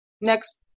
Next